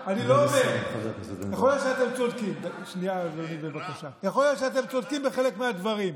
יכול להיות שאתם צודקים בחלק מהדברים.